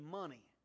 money